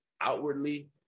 outwardly